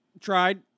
tried